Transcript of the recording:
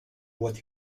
what